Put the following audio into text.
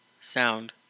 sound